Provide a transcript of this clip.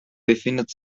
befindet